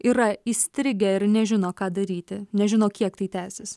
yra įstrigę ir nežino ką daryti nežino kiek tai tęsis